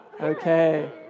Okay